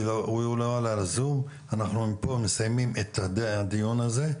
אנחנו פה מסיימים את הדיון הזה.